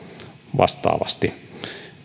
vastaavasti